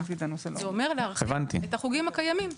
זה אומר להרחיב את החוגים הקיימים.